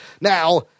Now